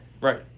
Right